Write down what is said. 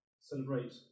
celebrate